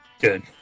Good